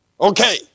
okay